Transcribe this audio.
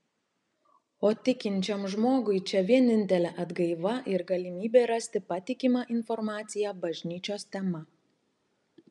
o tikinčiam žmogui čia vienintelė atgaiva ir galimybė rasti patikimą informaciją bažnyčios tema